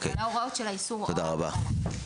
תודה רבה.